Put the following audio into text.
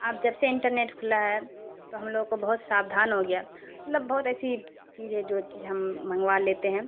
اب جب سے انٹرنیٹ کھلا ہے تو ہم لوگوں کو بہت ساودھان ہو گیا مطلب بہت ایسی چیزیں جو چیز ہم منگوا لیتے ہیں